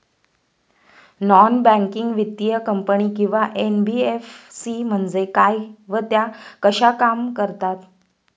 Non banking वित्तीय company किंवा NBFC म्हणजे काय व त्या कशा काम करतात?